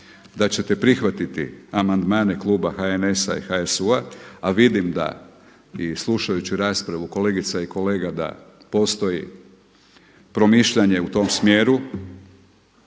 da ćete prihvatiti amandmane Kluba HNS-a i HSU-a, a vidim da i slušajući raspravu kolegica i kolega da postoji promišljanje u tom smjeru